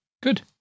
Good